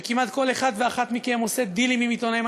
שכמעט כל אחד ואחת מכם עושה דילים עם עיתונאים?